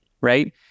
right